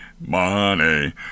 money